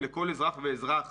לכל אזרח ואזרח,